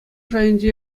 шайӗнчи